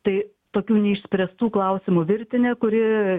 tai tokių neišspręstų klausimų virtinė kuri